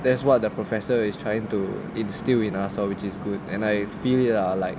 that's what the professor is trying to instill in us lor which is good and I feel it lah like